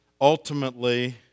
ultimately